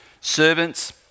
Servants